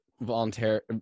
volunteer